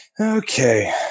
Okay